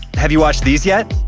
have you watched these yet?